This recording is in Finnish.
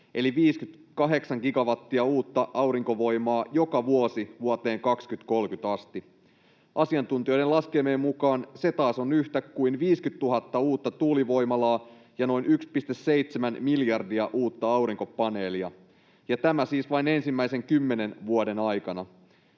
eli 58 gigawattia uutta aurinkovoimaa joka vuosi vuoteen 2030 asti. Asiantuntijoiden laskelmien mukaan se taas on yhtä kuin 50 000 uutta tuulivoimalaa ja noin 1,7 miljardia uutta aurinkopaneelia. Ja tämä siis vain ensimmäisen kymmenen vuoden aikana.